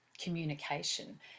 communication